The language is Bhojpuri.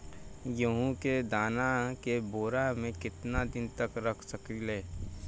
गेहूं के दाना के बोरा में केतना दिन तक रख सकिले?